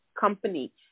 company